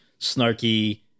snarky